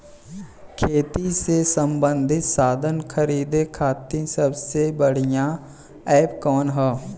खेती से सबंधित साधन खरीदे खाती सबसे बढ़ियां एप कवन ह?